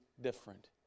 different